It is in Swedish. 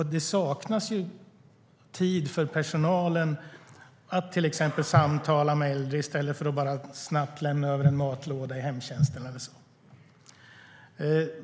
Personalen i hemtjänsten saknar till exempel tid för att samtala med äldre i stället för att bara snabbt lämna över en matlåda.